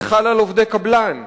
זה חל על עובדי קבלן,